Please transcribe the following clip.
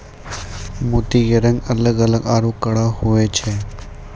मोती के रंग अलग अलग आरो कड़ा होय छै